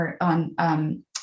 on